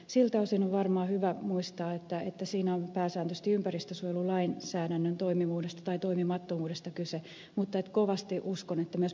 siltä osin on varmaan hyvä muistaa että siinä on pääsääntöisesti ympäristönsuojelulainsäädännön toimivuudesta tai toimimattomuudesta kyse mutta kovasti uskon että myös perustuslakivaliokunta käy nämä ed